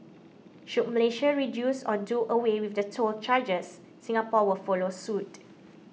should Malaysia reduce or do away with the toll charges Singapore will follow suit